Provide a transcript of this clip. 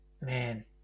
Man